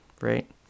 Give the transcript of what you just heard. right